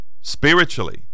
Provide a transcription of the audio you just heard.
Spiritually